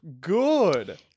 Good